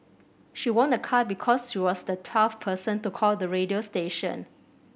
she won a car because she was the twelfth person to call the radio station